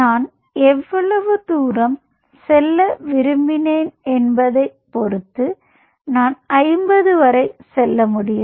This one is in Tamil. நான் எவ்வளவு தூரம் செல்ல விரும்பினேன் என்பதைப் பொறுத்து நான் ஐம்பது வரை செல்ல முடியும்